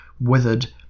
withered